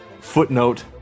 footnote